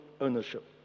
ownership